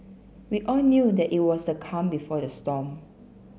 we all knew that it was the calm before the storm